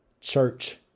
church